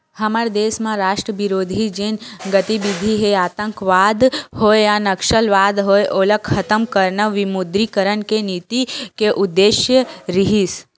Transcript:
हमर देस म राष्ट्रबिरोधी जेन गतिबिधि हे आंतकवाद होय या नक्सलवाद होय ओला खतम करना विमुद्रीकरन के नीति के उद्देश्य रिहिस